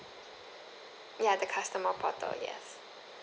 ya the customer portal yes